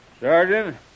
Sergeant